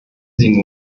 sie